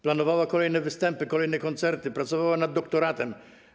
Planowała kolejne występy, kolejne koncerty, pracowała nad doktoratem.